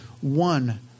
one